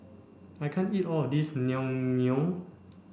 I can't eat all of this Naengmyeon